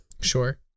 Sure